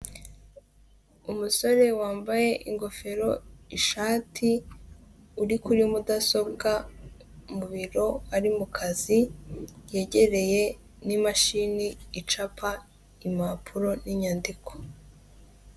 Umusore wambaye ingofero, ishati uri kuri mudasobwa mu biro ari mukazi, yegereye n'imashini icapa impapuro n’ inyandiko.